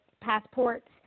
passports